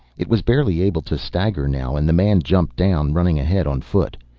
it was barely able to stagger now and the man jumped down, running ahead on foot.